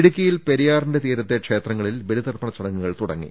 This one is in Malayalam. ഇടുക്കിയിൽ പെരിയാറിന്റെ തീരത്തെ ക്ഷേത്രങ്ങളിൽ ബലി തർപ്പണ ചടങ്ങുകൾ തുടങ്ങി